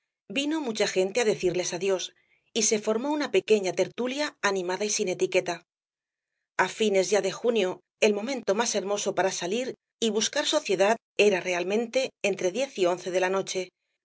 vino mucha gente á decirles adiós y se formó una pequeña tertulia animada y sin etiqueta a fines ya de junio el momento más hermoso para salir y buscar sociedad era realmente entre diez y once de la noche